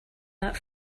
that